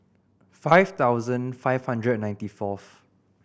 five thousand five hundred and ninety fourth